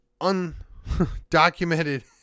undocumented